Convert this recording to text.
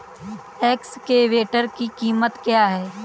Excavator की कीमत क्या है?